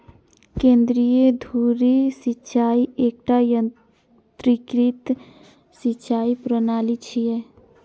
केंद्रीय धुरी सिंचाइ एकटा यंत्रीकृत सिंचाइ प्रणाली छियै